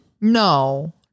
No